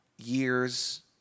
years